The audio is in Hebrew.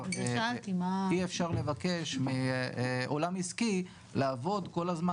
אפשר לבקש מעולם עסקי לעבוד כל הזמן,